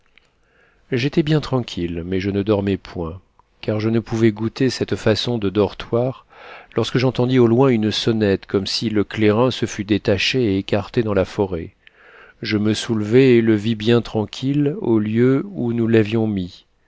j'étais bien tranquille mais je ne dormais point car je ne pouvais goûter cette façon de dortoir lorsque j'entendis au loin une sonnette comme si le clairin se fût détaché et écarté dans la forêt je me soulevai et le vis bien tranquille au lieu où nous l'avions mis